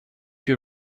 you